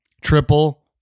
triple